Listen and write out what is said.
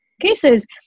cases